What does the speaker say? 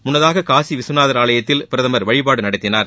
முன்னதாக காசி விஸ்வநாதர் ஆலயத்தில் பிரதமர் வழிபாடு நடத்தினார்